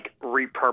repurpose